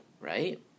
right